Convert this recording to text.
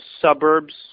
suburbs